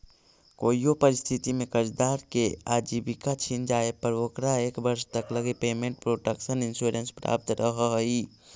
कोइयो परिस्थिति में कर्जदार के आजीविका छिन जाए पर ओकरा एक वर्ष तक लगी पेमेंट प्रोटक्शन इंश्योरेंस प्राप्त रहऽ हइ